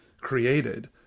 created